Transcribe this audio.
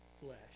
flesh